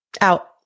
out